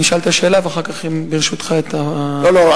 אני אשאל את השאלה, ואחר כך, ברשותך, את, לא, לא.